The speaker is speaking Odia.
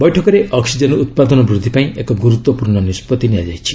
ବୈଠକରେ ଅକ୍ବିଜେନ୍ ଉତ୍ପାଦନ ବୃଦ୍ଧି ପାଇଁ ଏକ ଗୁରୁତ୍ୱପୂର୍ଣ୍ଣ ନିଷ୍ପଭି ନିଆଯାଇଛି